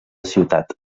ciutat